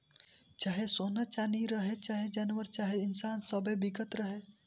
चाहे सोना चाँदी रहे, चाहे जानवर चाहे इन्सान सब्बे बिकत हवे